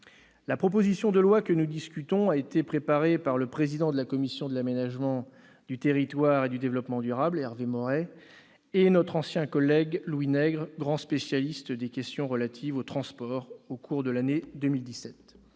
La proposition de loi que nous examinons a été préparée par le président de la commission de l'aménagement du territoire et du développement durable, Hervé Maurey, et notre ancien collègue, Louis Nègre, grand spécialiste des questions relatives aux transports, au cours de l'année 2017.